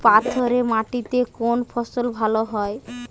পাথরে মাটিতে কোন ফসল ভালো হয়?